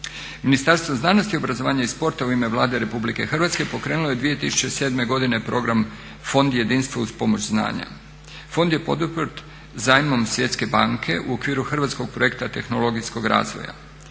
Ministarstvo znanosti, obrazovanja i sporta u ime Vlade Republike Hrvatske pokrenulo je 2007.godine program Fond jedinstva uz pomoć znanja. Fond je poduprt zajmom Svjetske banke u okviru hrvatskog projekta tehnologijskog razvoja.